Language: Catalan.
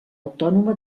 autònoma